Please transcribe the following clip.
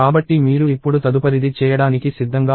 కాబట్టి మీరు ఇప్పుడు తదుపరిది చేయడానికి సిద్ధంగా ఉన్నారు